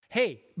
Hey